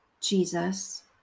Jesus